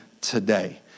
today